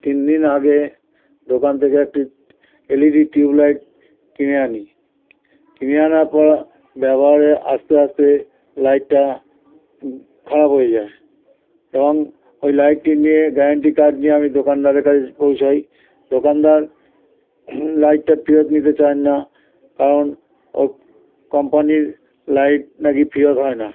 তিন দিন আগে দোকান থেকে একটি এলইডি টিউব লাইট কিনে আনি কিনে আনার পর ব্যবহারে আস্তে আস্তে লাইটটা খারাপ হয়ে যায় এবং ওই লাইটটি নিয়ে গ্যারেন্টি কার্ড নিয়ে আমি দোকানদারের কাছে পৌঁছাই দোকানদার লাইটটা ফেরত নিতে চান না কারণ ও কোম্পানির লাইট নাকি ফেরত হয় না